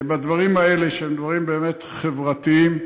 בדברים האלה, שהם דברים באמת חברתיים,